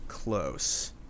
Close